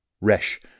Resh